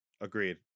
Agreed